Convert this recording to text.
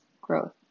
growth